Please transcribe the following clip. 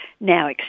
now